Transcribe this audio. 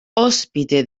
ospite